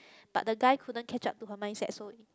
but the guy couldn't catch up to her mindset so